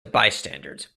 bystanders